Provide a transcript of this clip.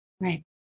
Right